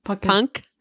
Punk